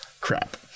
Crap